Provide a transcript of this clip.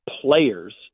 players